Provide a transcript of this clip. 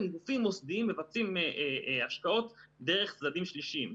גופים מוסדיים מבצעים השקעות דרך צדדים שלישיים.